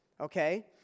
Okay